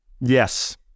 Yes